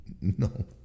no